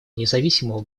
независимого